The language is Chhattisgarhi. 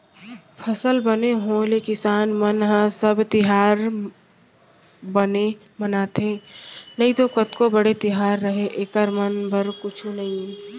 फसल बने होय ले किसान मन ह सब तिहार हर बने मनाथे नइतो कतको बड़े तिहार रहय एकर मन बर कुछु नइये